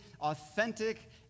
authentic